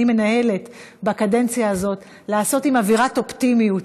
מנהלת בקדנציה הזאת לעשות עם אווירת אופטימיות,